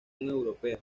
europea